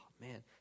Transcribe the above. man